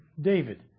David